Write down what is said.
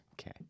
Okay